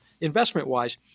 investment-wise